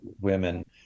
women